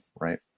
right